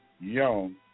young